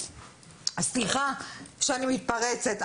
סליחה שאני מתפרצת.